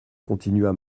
continua